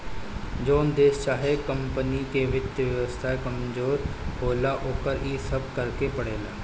जोन देश चाहे कमपनी के वित्त व्यवस्था कमजोर होला, ओकरा इ सब करेके पड़ेला